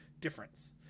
difference